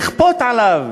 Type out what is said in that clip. שיכפה עליו